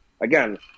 again